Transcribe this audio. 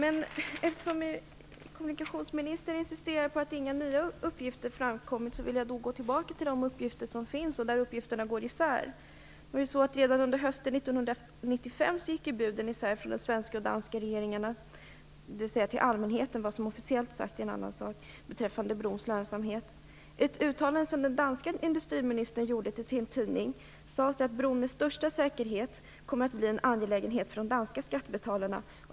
Eftersom kommunikationsministern insisterar på att inga nya uppgifter har framkommit, vill jag gå tillbaka till de uppgifter som finns och som går i sär. Redan hösten 1995 gick buden från de svenska och danska regeringarna i sär beträffande brons lönsamhet - vad som har sagts officiellt är en annan sak. I ett uttalande som den danske industriministern gjorde i en tidning sades att bron med största säkerhet kommer att bli en angelägenhet för de danska skattebetalarna.